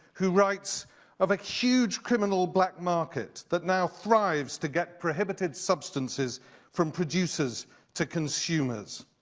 who writes of a huge criminal black market that now thrives to get prohibited substances from producers to consumers.